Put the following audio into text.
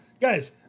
guys